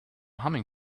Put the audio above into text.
humming